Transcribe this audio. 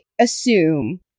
assume